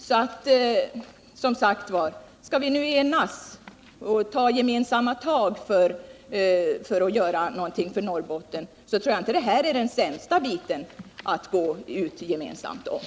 Skall vi nu, som sagt var, enas och ta gemensamma tag för att göra någonting för Norrbotten, tror jag att detta inte är den sämsta biten att gå ut gemensamt med.